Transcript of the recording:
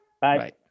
Bye